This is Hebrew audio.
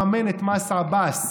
לממן את מס עבאס,